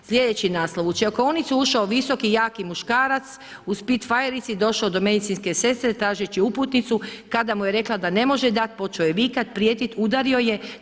Sljedeći naslov: U čekaonicu je ušao visoki jaki muškarac u spitfajerica došao do medicinske sestre tražeći uputnicu, kada mu je rekla da ne može dati, počeo je vikati, prijetiti, udario ju je.